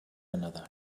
another